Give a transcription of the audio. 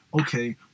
okay